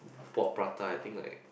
bought prata I think like